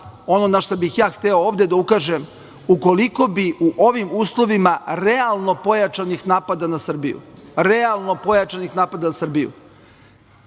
ono na šta bih ja hteo ovde da ukažem jeste da ukoliko bi u ovim uslovima realno pojačanih napada na Srbiju, realno pojačanih napada na Srbiju